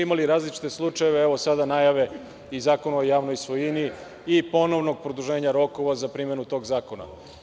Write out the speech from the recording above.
Imali smo različite slučajeve, a evo sada i najave i Zakona o javnoj svojini i ponovnog produženja rokova za primenu tog zakona.